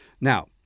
Now